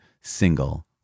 single